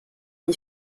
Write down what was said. m’y